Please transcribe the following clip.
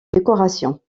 décorations